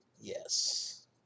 yes